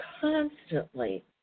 constantly